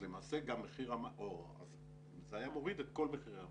זה היה מוריד את כל מחירי המים.